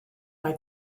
rhoi